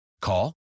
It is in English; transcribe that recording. Call